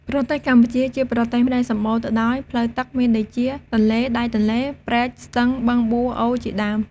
ប្រទេសកម្ពុជា ជាប្រទេសដែលសម្បូរទៅដោយផ្លូវទឹកមានដូចជា ទន្លេ ដៃទន្លេ ព្រែក ស្ទឹង បឹងបួរ អូរជាដើម។